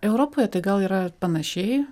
europoje tai gal yra panašiai